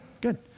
Good